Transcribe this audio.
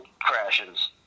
crashes